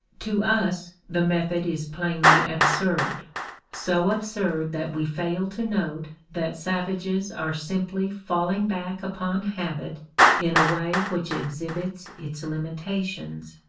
to us, the method is plainly absurd so absurd that we fail to note that savages are simply falling back upon habit in a way which exhibits its limitations.